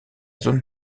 zone